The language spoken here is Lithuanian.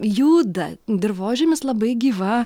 juda dirvožemis labai gyva